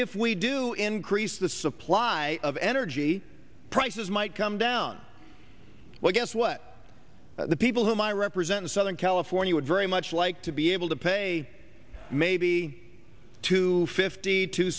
if we do increase the supply of energy prices might come down well guess what the people whom i represent in southern california would very much like to be able to pay maybe to fifty to